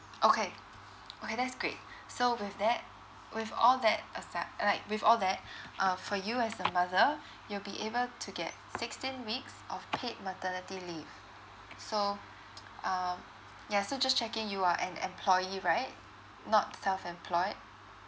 okay okay that's great so with that with all that except and like with all that uh for you as a mother you'll be able to get sixteen weeks of paid maternity leave so um yeah so just checking you are an employee right not self employed